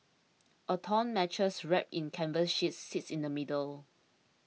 a torn mattress wrapped in canvas sheets sits in the middle